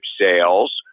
sales